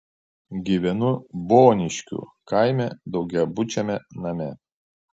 gyvenu boniškių kaime daugiabučiame name